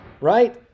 Right